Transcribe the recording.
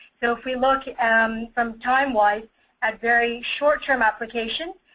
so, if we look um from time wise at very short-term application,